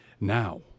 Now